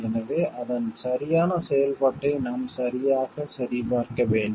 எனவே அதன் சரியான செயல்பாட்டை நாம் சரியாக சரிபார்க்க வேண்டும்